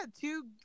two